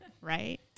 Right